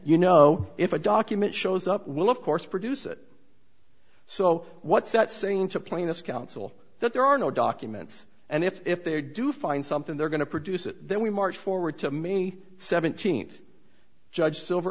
you know if a document shows up we'll of course produce it so what's that saying to plaintiff's counsel that there are no documents and if they do find something they're going to produce it then we marched forward to me seventeenth judge silver